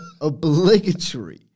obligatory